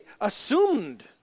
assumed